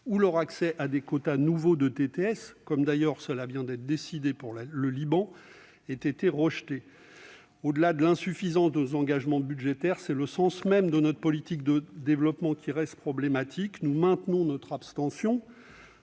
de droits de tirage spéciaux (DTS), comme cela vient d'ailleurs d'être décidé pour le Liban, aient été rejetés. Au-delà de l'insuffisance de nos engagements budgétaires, c'est le sens même de notre politique de développement qui reste problématique. Nous maintenons notre abstention